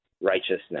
righteousness